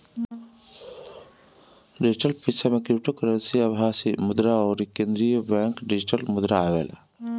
digital पईसा में cryptocurrency, आभासी मुद्रा अउरी केंद्रीय बैंक डिजिटल मुद्रा आवेला